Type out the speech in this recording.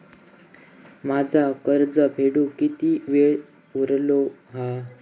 माझा कर्ज फेडुक किती वेळ उरलो हा?